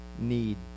need